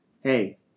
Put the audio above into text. hey